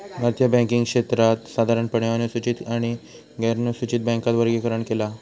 भारतीय बॅन्किंग क्षेत्राक साधारणपणे अनुसूचित आणि गैरनुसूचित बॅन्कात वर्गीकरण केला हा